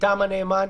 מטעם הנאמן.